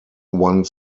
one